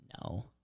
no